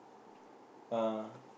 uh